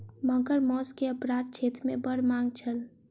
मगर मौस के अपराध क्षेत्र मे बड़ मांग छल